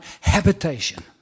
habitation